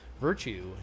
virtue